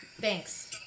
thanks